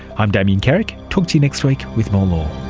i'm damien carrick, talk to you next week with more